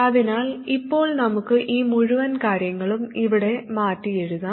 അതിനാൽ ഇപ്പോൾ നമുക്ക് ഈ മുഴുവൻ കാര്യങ്ങളും ഇവിടെ മാറ്റി എഴുതാം